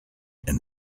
and